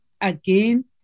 again